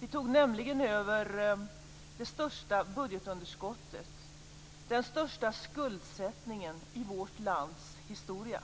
Vi tog nämligen över det största budgetunderskottet, den största skuldsättningen, i vårt lands historia.